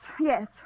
Yes